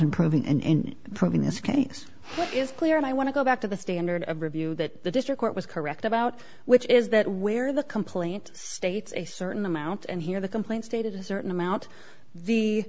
proving in proving this case is clear and i want to go back to the standard of review that the district court was correct about which is that where the complaint states a certain amount and here the complaint stated a certain amount the